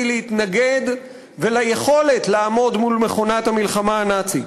להתנגד וליכולת לעמוד מול מכונת המלחמה הנאצית.